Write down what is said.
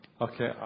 Okay